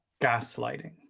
gaslighting